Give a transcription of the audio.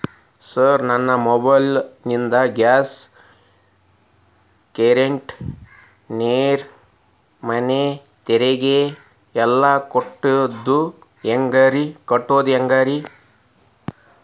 Sir ನನ್ನ mobile ನಿಂದ gas, current, ನೇರು, ಮನೆ ತೆರಿಗೆ ಎಲ್ಲಾ ಕಟ್ಟೋದು ಹೆಂಗ್ರಿ?